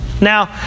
Now